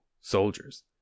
soldiers